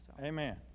Amen